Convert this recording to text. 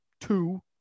two